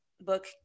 book